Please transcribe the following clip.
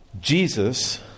Jesus